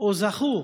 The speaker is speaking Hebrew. או זכו,